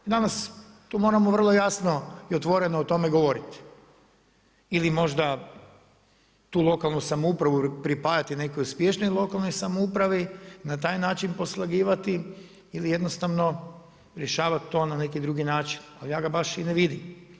Danas, tu moramo vrlo jasno i otvoreno o tome govoriti, ili možda tu lokalnu samoupravu pripajati nekoj uspješnijoj lokalnoj samoupravi, na taj način poslagivati ili jednostavno rješavati to na neki drugi način, ali ja ga baš i ne vidim.